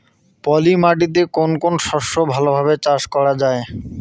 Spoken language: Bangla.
পলি মাটিতে কোন কোন শস্য ভালোভাবে চাষ করা য়ায়?